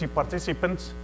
participants